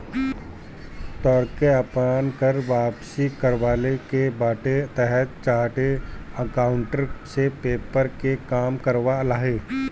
तोहके आपन कर वापसी करवावे के बाटे तअ चार्टेड अकाउंटेंट से पेपर के काम करवा लअ